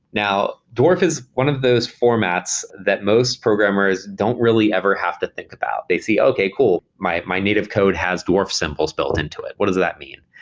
now, dwarf is one of those formats that most programmers don't really ever have to think about. they see, okay. cool. my my native code has dwarf symbols built into it. what does that mean?